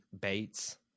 Bates